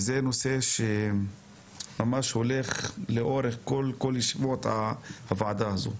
זה נושא שממש הולך לאורך כל ישיבות הוועדה הזו.